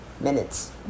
minutes